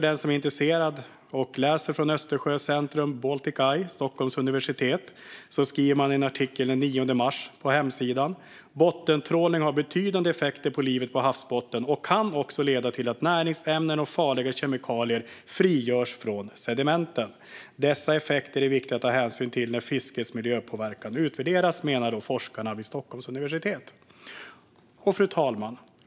Den som är intresserad kan läsa en artikel från den 9 mars på Östersjöcentrums, Baltic Eye, Stockholms universitet, hemsida: Bottentrålning har betydande effekter på livet på havsbotten och kan också leda till att näringsämnen och farliga kemikalier frigörs från sedimenten. Dessa effekter är viktiga att ta hänsyn till när fiskets miljöpåverkan utvärderas, menar forskarna vid Stockholms universitet. Fru talman!